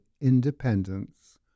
independence